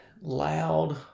loud